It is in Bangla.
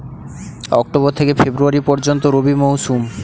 অক্টোবর থেকে ফেব্রুয়ারি পর্যন্ত রবি মৌসুম